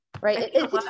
Right